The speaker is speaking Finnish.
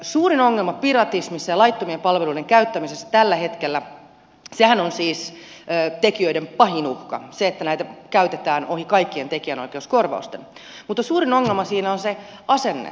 suurin ongelma piratismissa ja laittomien palveluiden käyttämisessä tällä hetkellä sehän on siis tekijöiden pahin uhka että näitä käytetään ohi kaikkien tekijänoikeuskorvausten on se asenne